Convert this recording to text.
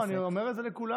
לא, אני אומר את זה לכולנו.